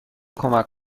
کمک